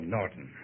Norton